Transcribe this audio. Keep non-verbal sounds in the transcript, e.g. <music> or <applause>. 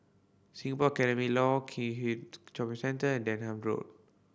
Singapore Academy Law Keat <unintelligible> Shopping Centre and Denham Road